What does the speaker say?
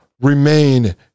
remain